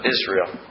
Israel